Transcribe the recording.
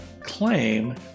claim